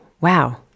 wow